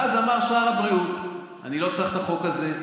ואז אמר שר הבריאות: אני לא צריך את החוק הזה,